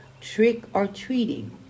trick-or-treating